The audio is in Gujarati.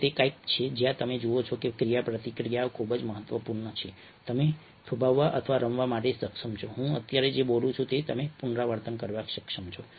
આજે તે કંઈક છે જ્યાં તમે જુઓ છો કે ક્રિયાપ્રતિક્રિયા ખૂબ ખૂબ જ મહત્વપૂર્ણ છે તમે થોભાવવા અથવા રમવા માટે સક્ષમ છો હું અત્યારે જે બોલું છું તે તમે પુનરાવર્તન કરવા સક્ષમ છો